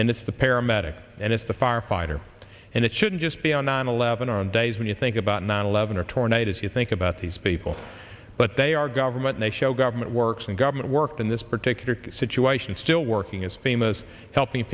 and it's the paramedic and it's the firefighter and it shouldn't just be on nine eleven on days when you think about nine eleven or tornadoes you think about these people but they are government they show government works and government worked in this particular situation still working is famous helping